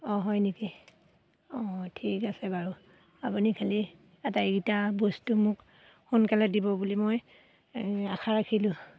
অঁ হয় নেকি অঁ ঠিক আছে বাৰু আপুনি খালি আটাইকেইটা বস্তু মোক সোনকালে দিব বুলি মই আশা ৰাখিলোঁ